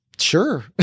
Sure